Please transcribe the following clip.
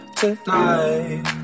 tonight